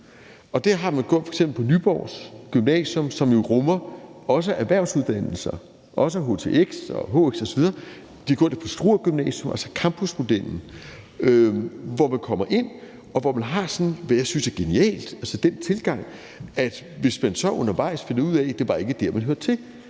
Det har de f.eks. gjort på Nyborg Gymnasium, som jo også rummer erhvervsuddannelser, også htx og hhx osv., og de har gjort det på Struer Gymnasium, altså campusmodellen, hvor man kommer ind, og hvor de sådan, hvad jeg synes er genialt, har den tilgang, at de, hvis man så undervejs finder ud af, at det ikke var der, man hørte til,